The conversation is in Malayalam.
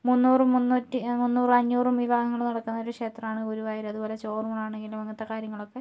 മുന്നൂറും മുന്നൂറ്റി മുന്നൂറും അഞ്ഞൂറും വിവാഹങ്ങള് നടക്കുന്നൊരു ക്ഷേത്രമാണ് ഗുരുവായൂർ അതുപോലെ ചോറൂണ് ആണെങ്കിലും അങ്ങനത്തെ കാര്യങ്ങളൊക്കെ